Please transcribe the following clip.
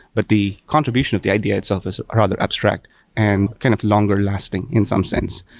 but the contribution of the idea itself is rather abstract and kind of longer lasting in some sense.